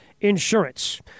Insurance